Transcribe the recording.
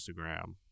Instagram